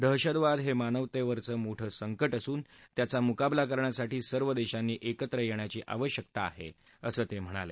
दहशतवाद हे मानवतेवरचं मोठं संकट असून त्याचा मुकाबला करण्यासाठी सर्व देशांनी एकत्र येण्याची आवश्यकता आहे असं ते म्हणाले